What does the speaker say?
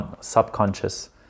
subconscious